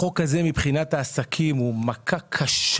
החוק הזה מבחינת העסקים הוא מכה קשה